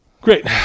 Great